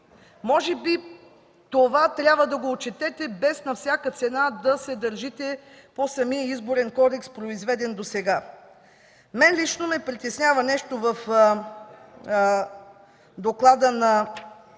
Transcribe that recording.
Може би това трябва да го отчетете без на всяка цена да се държите по самия Изборен кодекс, произведен досега. Мен лично ме притеснява нещо в доклада на